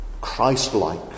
Christ-like